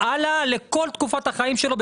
הלאה לכל תקופת החיים שלו,